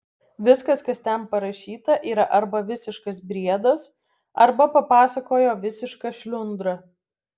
viskas kas ten parašyta yra arba visiškas briedas arba papasakojo visiška šliundra